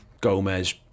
Gomez